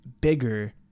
bigger